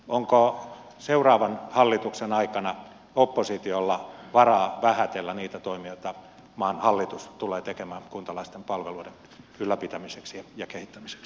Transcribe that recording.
onko seuraavan hallituksen aikana oppositiolla varaa vähätellä niitä toimia joita maan hallitus tulee tekemään kuntalaisten palveluiden ylläpitämiseksi ja kehittämiseksi